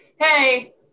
hey